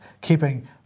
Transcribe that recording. keeping